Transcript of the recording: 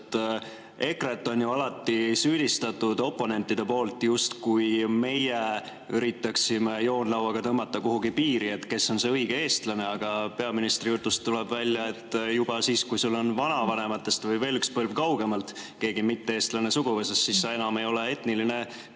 ju oponendid alati süüdistanud, justkui meie üritaksime joonlauaga tõmmata kuhugi piiri, kes on see õige eestlane. Aga peaministri jutust tuleb välja, et juba siis, kui sul on vanavanematest või veel üks põlv kaugemalt keegi mitte-eestlane suguvõsas, siis sa enam ei ole etniline